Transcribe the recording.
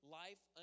life